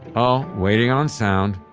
oh waiting on sound.